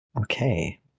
Okay